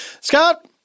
Scott